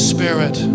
Spirit